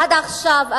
עד עכשיו,